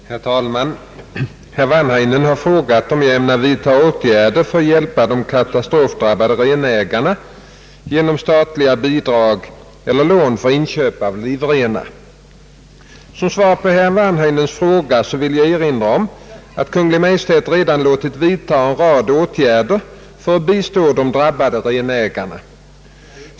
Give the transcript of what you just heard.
Herr talman! Herr Wanhainen har frågat om jag ämnar vidta åtgärder för att hjälpa de katastrofdrabbade renägarna genom statliga bidrag eller lån för inköp av livrenar. Som svar på herr Wanhainens fråga vill jag erinra om att Kungl. Maj:t redan låtit vidta en rad åtgärder för att bistå de drabbade renägarna.